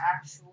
actual